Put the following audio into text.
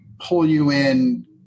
pull-you-in